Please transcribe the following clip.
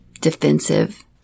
defensive